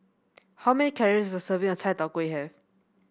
how many calories is a serving of Chai Tow Kuay have